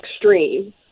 extreme